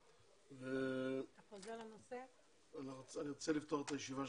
מה שבבולד זה התוכניות החדשות שאנחנו